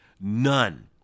None